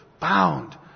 bound